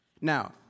Now